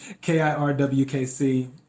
k-i-r-w-k-c